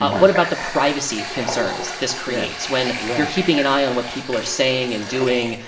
what about the privacy concerns this creates when you're keeping an eye on what people are saying and doing,